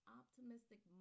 optimistic